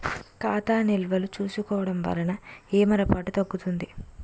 ఖాతా నిల్వలు చూసుకోవడం వలన ఏమరపాటు తగ్గుతుంది